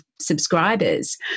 subscribers